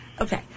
Okay